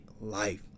life